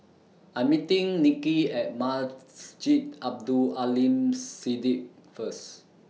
I'm meeting Nicki At Abdul Aleem Siddique First